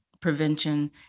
prevention